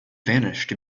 vanished